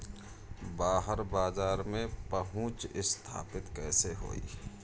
बाहर बाजार में पहुंच स्थापित कैसे होई?